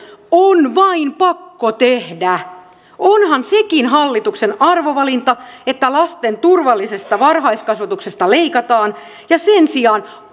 on vain pakko tehdä onhan sekin hallituksen arvovalinta että lasten turvallisesta varhaiskasvatuksesta leikataan ja sen sijaan